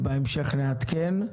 בהמשך נעדכן.